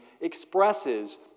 expresses